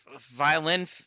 violin